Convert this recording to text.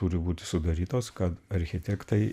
turi būti sudarytos kad architektai